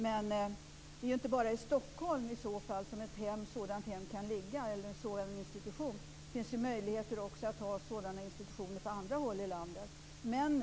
Det är ju inte bara i Stockholm i så fall som en sådan institution kan ligga. Det finns ju också möjligheter att ha sådana institutioner på andra håll i landet.